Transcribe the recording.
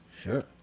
Sure